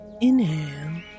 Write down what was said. Inhale